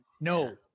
No